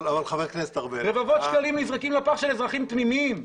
רבבות שקלים נזרקים לפח של אזרחים תמימים.